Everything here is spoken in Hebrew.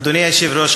אדוני היושב-ראש,